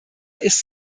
ist